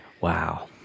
Wow